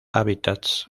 hábitats